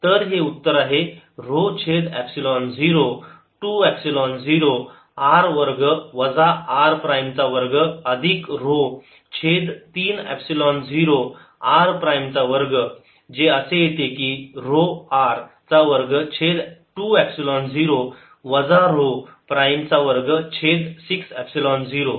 तर हे उत्तर आहे ऱ्हो छेद एपसिलोन 0 2 एपसिलोन 0 R वर्ग वजा r प्राईम चा वर्ग अधिक ऱ्हो छेद 3 एपसिलोन 0 r प्राईम चा वर्ग जे असे येते की ऱ्हो R चा वर्ग छेद 2 एपसिलोन 0 वजा ऱ्हो r प्राईम चा वर्ग छेद 6 एपसिलोन 0